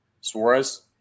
Suarez